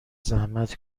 زحمت